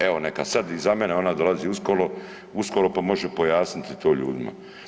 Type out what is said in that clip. Evo neka sad iza mene ona dolazi uskoro, pa može pojasniti to ljudima.